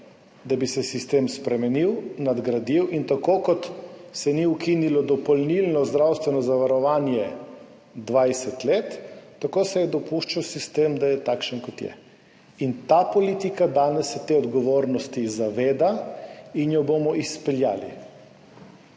da bi se sistem spremenil, nadgradil. Tako kot se ni ukinilo dopolnilnega zdravstvenega zavarovanja 20 let, tako se je dopuščal sistem, da je takšen, kot je. Ta politika danes se te odgovornosti zaveda in jo bomo izpeljali.